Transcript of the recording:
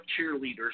cheerleaders